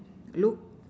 look